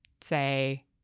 say